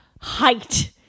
height